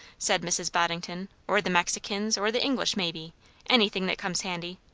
said mrs. boddington or the mexicans or the english may be anything that comes handy.